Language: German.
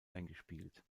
eingespielt